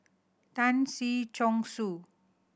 Tan Si Chong Su